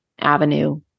avenue